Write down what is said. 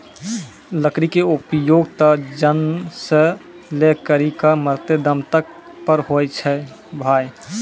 लकड़ी के उपयोग त जन्म सॅ लै करिकॅ मरते दम तक पर होय छै भाय